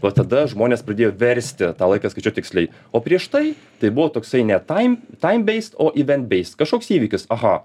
va tada žmonės pradėjo versti tą laiką skaičiuot tiksliai o prieš tai tai buvo toksai ne taim taim beist o ivent beist kažkoks įvykis aha